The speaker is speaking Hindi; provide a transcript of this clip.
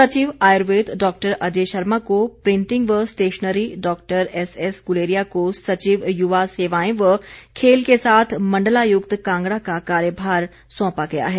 सचिव आय्र्वेद डॉ अजय शर्मा को प्रिंटिंग व स्टेशनरी डॉ एसएस गुलेरिया को सचिव युवा सेवाएं व खेल के साथ मंडलायुक्त कांगड़ा का कार्यभार सौंपा गया है